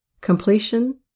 completion